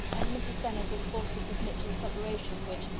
and mrs. bennet was forced to submit to a separation, which,